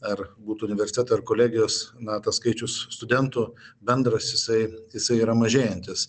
ar būti universiteto ar kolegijos nata skaičius studentų bendras jisai jisai yra mažėjantis